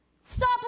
Stop